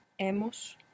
hemos